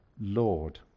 Lord